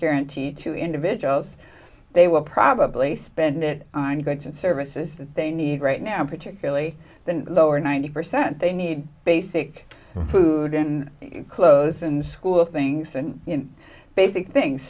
guarantee to individuals they will probably spend it on goods and services that they need right now particularly the lower ninety percent they need basic food and clothes and school things and you know basic things